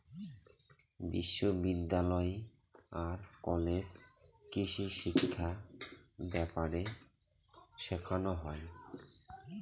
বিশ্ববিদ্যালয় আর কলেজে কৃষিশিক্ষা ব্যাপারে শেখানো হয়